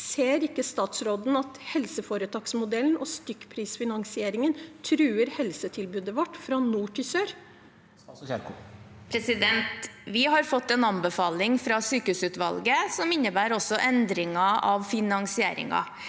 Ser ikke statsråden at helseforetaksmodellen og stykkprisfinansieringen truer helsetilbudet vårt fra nord til sør? Statsråd Ingvild Kjerkol Vi har fått en anbefaling fra sykehusutvalget som også innebærer endringer av finansieringen.